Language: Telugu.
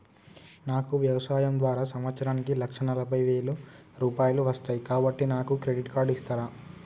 నాకు వ్యవసాయం ద్వారా సంవత్సరానికి లక్ష నలభై వేల రూపాయలు వస్తయ్, కాబట్టి నాకు క్రెడిట్ కార్డ్ ఇస్తరా?